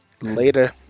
Later